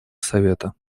совета